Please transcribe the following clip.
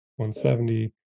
170